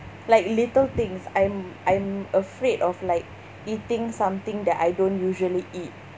like little things I'm I'm afraid of like eating something that I don't usually eat